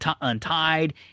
Untied